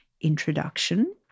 introduction